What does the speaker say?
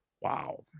wow